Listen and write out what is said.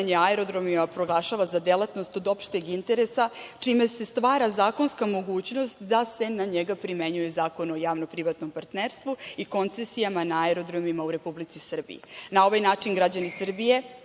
aerodromima proglašava za delatnost od opšteg interesa, čime se stvara zakonska mogućnost da se na njega primenjuje Zakon o javno-privatnom partnerstvu i koncesijama na aerodromima u Republici Srbiji. Na ovaj način građani Srbije